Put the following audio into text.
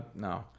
No